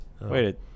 Wait